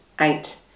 eight